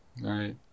right